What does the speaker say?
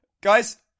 Guys